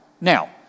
Now